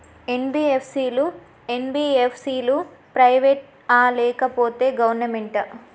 NBFC లు, MBFC లు private ఆ లేకపోతే గవర్నమెంటా?